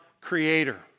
creator